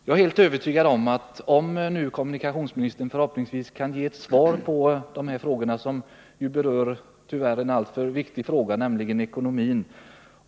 Jag hoppas att kommunikationsministern kan ge ett svar på de här frågorna, som ju tyvärr berör en alltför viktig sektor, nämligen ekonomin.